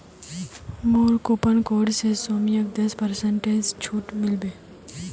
मोर coupon code स सौम्यक दस पेरसेंटेर छूट मिल बे